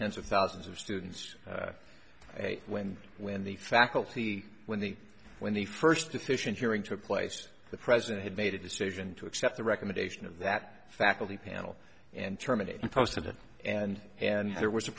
tens of thousands of students when when the faculty when the when the first deficient hearing took place the president had made a decision to accept the recommendation of that faculty panel and terminate it and posted it and and there was a